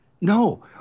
No